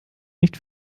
nicht